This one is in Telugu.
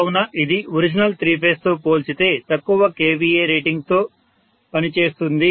కావున ఇది ఒరిజినల్ త్రీ ఫేజ్ తో పోల్చితే తక్కువ kVA రేటింగ్ తో పని చేస్తుంది